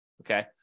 okay